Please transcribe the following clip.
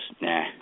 Nah